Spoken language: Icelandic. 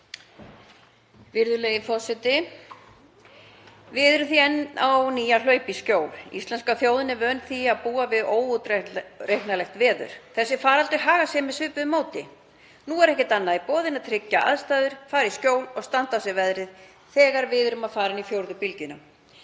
Við erum enn á ný að hlaupa í skjól. Íslenska þjóðin er vön því að búa við óútreiknanlegt veður. Þessi faraldur hagar sér með svipuðu móti. Nú er ekkert annað í boði en að tryggja aðstæður, fara í skjól og standa af sér veðrið þegar við erum að fara inn í fjórðu bylgjuna.